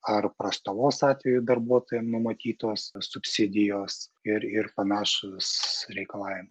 ar prastovos atveju darbuotojam numatytos subsidijos ir ir panašūs reikalavimai